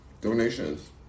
Donations